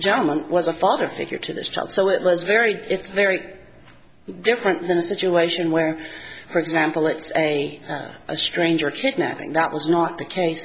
gentleman was a father figure to this child so it was very it's very different than a situation where for example let's say a stranger kidnapping that was not the case